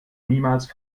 niemals